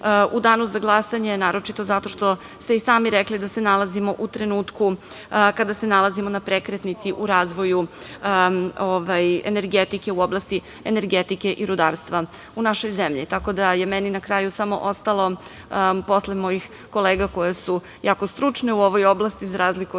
u danu za glasanje, naročito zato što ste i sami rekli da se nalazimo u trenutku kada se nalazimo na prekretnici u razvoju energetike u oblasti energetike i rudarstva u našoj zemlji. Meni je na kraju samo ostalo da posle mojih kolega koji su jako stručni u ovoj oblasti, za razliku od